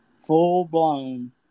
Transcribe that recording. full-blown